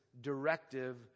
directive